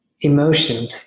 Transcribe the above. emotion